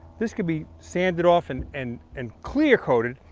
this could be sanded off and and and clear coated.